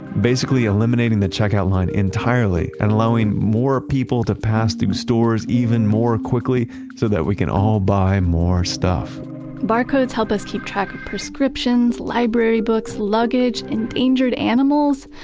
basically eliminating the checkout line entirely and allowing more people to pass through stores even more quickly so that we can all buy more stuff barcodes help us keep track of prescriptions, library books, luggage, and injured animals.